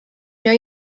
know